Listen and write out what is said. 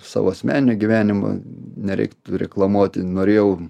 savo asmeninio gyvenimo nereiktų reklamuoti norėjau